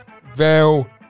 Val